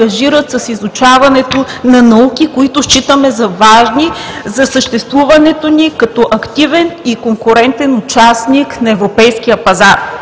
с изучаването на науки, които считаме за важни за съществуването ни като активен и конкурентен участник на европейския пазар.